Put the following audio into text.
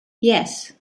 yes